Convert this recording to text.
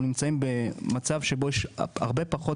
אנחנו נמצאים במצב שבו יש הרבה פחות